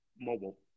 mobile